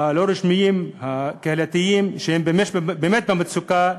הלא-רשמיים הקהילתיים, שהם ממש באמת במצוקה.